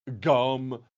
Gum